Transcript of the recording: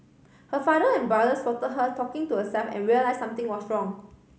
her father and brother spot her talking to herself and realise something was wrong